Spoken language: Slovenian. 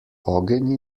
ogenj